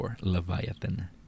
leviathan